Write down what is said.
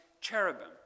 cherubim